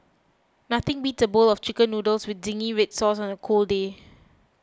nothing beats a bowl of Chicken Noodles with Zingy Red Sauce on a cold day